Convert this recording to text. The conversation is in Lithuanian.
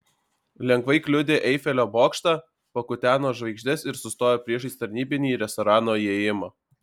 lengvai kliudė eifelio bokštą pakuteno žvaigždes ir sustojo priešais tarnybinį restorano įėjimą